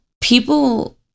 people